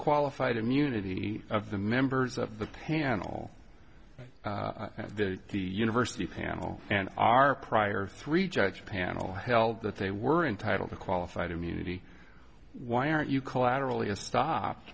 qualified immunity of the members of the panel and that the university panel and our prior three judge panel held that they were entitle to qualified immunity why aren't you collaterally a stopped